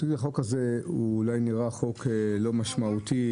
החוק הזה אולי נראה חוק לא משמעותי.